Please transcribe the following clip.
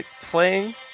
playing